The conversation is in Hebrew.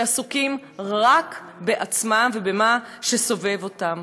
שעסוקים רק בעצמם ובמה שסובב אותם.